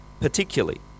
particularly